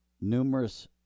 numerous